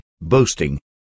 boasting